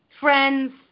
friends